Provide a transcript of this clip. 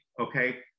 Okay